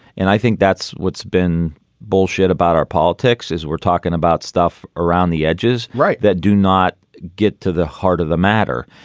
and i think that's what's been bullshit about our politics is we're talking about stuff around the edges, right, that do not get to the heart of the matter.